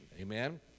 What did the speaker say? Amen